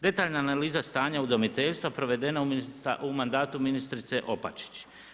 Detaljna analiza stanja udomiteljstva provedena u mandatu ministrice Opačić.